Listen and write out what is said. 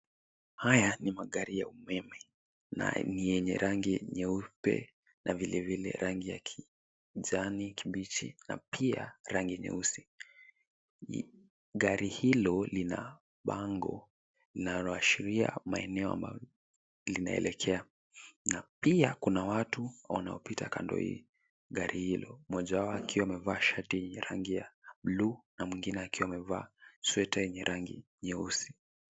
Haya ni magari ya umeme na ni yenye rangi nyeupe na vilevile rangi ya kijani kibichi na pia rangi nyeusi. Gari hilo lina bango linaloashiria maeneo ambayo linaelekea. Na pia kuna watu wanaopita kando ya gari hilo; mmoja wao akiwa amevaa shati yenye rangi ya buluu na mwingine akiwa amevaa sweta yenye rangi nyeusi.